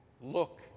look